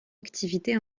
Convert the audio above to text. activité